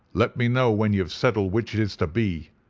let me know when you have settled which it is to be,